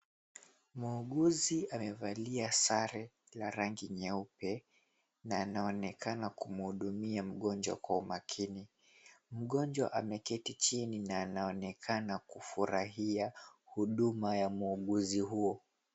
Muuguzi amevalia sare la rangi nyeupe na anaonekana kumuhudumia mgonjwa kwa umakini. Mgonjwa ameketi chini na anaonekana kufurahia huduma ya muuguzi huo.